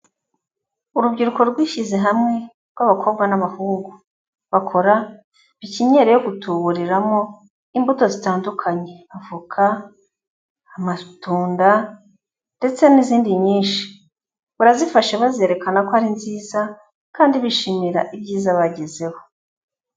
Urubyiruko rwishyize hamwe rw'abakobwa n'abahungu, bakora pepenyeri yo kutuburiramo imbuto zitandukanye, avoka, amatunda ndetse n'izindi nyinshi, barazifashe bazerekana ko ari nziza kandi bishimira ibyiza bagezeho.